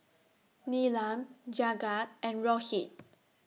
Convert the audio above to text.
Neelam Jagat and Rohit